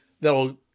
that'll